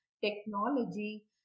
technology